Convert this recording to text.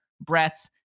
breath